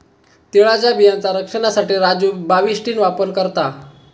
तिळाच्या बियांचा रक्षनासाठी राजू बाविस्टीन वापर करता